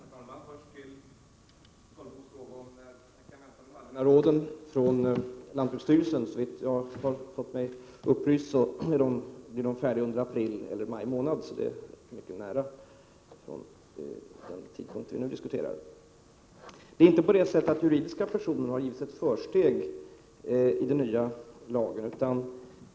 Herr talman! Jag vill först besvara Karl Boos fråga när vi kan förvänta de allmänna råden från lantbruksstyrelsen. Enligt vad som upplysts mig blir de färdiga under april eller maj månad. Det är alltså mycket nära förestående. Det är inte så att juridiska personer givits ett försteg i den nya lagen.